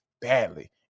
badly